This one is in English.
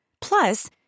Plus